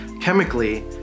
chemically